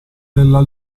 nella